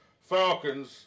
Falcons